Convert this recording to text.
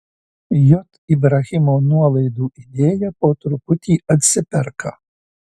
j ibrahimo nuolaidų idėja po truputį atsiperka